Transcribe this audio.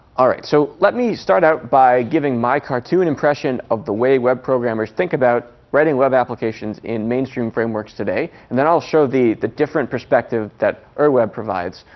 all right, so let me start out by giving my cartoon impression of the way web programmers think about writing web applications in mainstream frameworks today. and then i'll show the the different perspective that ur web provides,